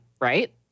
right